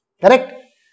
Correct